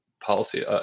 Policy